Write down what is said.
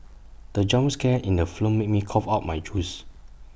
the jump scare in the film made me cough out my juice